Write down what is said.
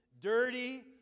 dirty